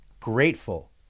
grateful